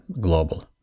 global